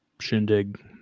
shindig